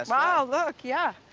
wow, look. yeah.